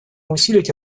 усилить